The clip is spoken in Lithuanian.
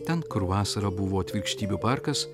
ten kur vasarą buvo atvirkštybių parkas